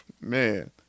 Man